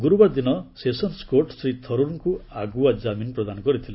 ଗୁରୁବାର ଦିନ sessions court Shri ଥରୁର୍ଙ୍କୁ ଆଗୁଆ ଜାମିନ୍ ପ୍ରଦାନ କରିଥିଲେ